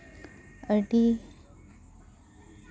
ᱟᱹᱰᱤ